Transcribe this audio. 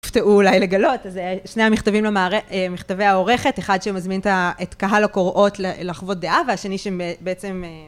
תופתעו אולי לגלות, שני המכתבים הם מכתבי העורכת, אחד שמזמין את קהל הקוראות לחוות דעה, והשני שבעצם...